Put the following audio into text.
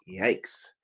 yikes